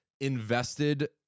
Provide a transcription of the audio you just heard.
invested